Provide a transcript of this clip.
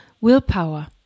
willpower